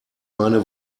meine